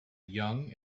young